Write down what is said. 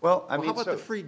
well i